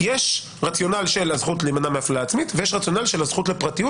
יש רציונל של הזכות להימנע מהפללה עצמית ויש רציונל של הזכות לפרטיות